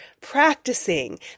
practicing